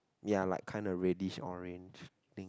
ya like kinda reddish orange thing